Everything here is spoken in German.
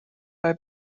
bei